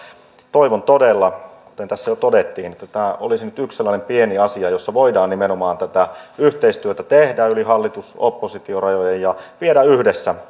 toivon todella kuten tässä jo todettiin että tämä olisi nyt yksi sellainen pieni asia jossa voidaan nimenomaan tätä yhteistyötä tehdä yli hallitus oppositio rajojen ja viedä yhdessä